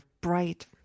bright